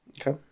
Okay